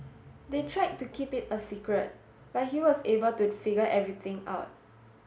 they tried to keep it a secret but he was able to figure everything out